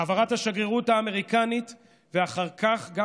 העברת השגרירות האמריקנית ואחר כך גם